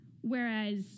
Whereas